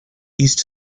used